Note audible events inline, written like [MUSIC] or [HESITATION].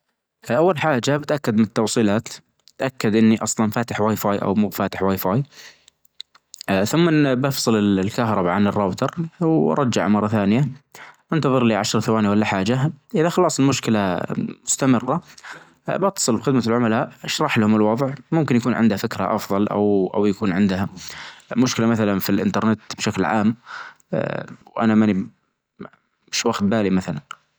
أول حاچة بتأكد من التوصيلات، بتأكد إني أصلا فاتح واي فاي أو مو فاتح واي فاي، ثم إن بفصل ال-الكهرباء عن الراوتر وأرچع مرة ثانية أنتظر لي عشر ثواني ولا حاچة إذا خلاص المشكلة مستمرة بتصل بخدمة العملاء أشرح لهم الوضع ممكن يكون عندهم فكرة أفضل أو-أو يكون عنده مشكلة مثلا في الإنترنت بشكل عام آآ وانا مالي [HESITATION] مش واخد بالي مثلا.